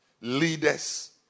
leaders